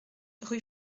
rue